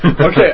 Okay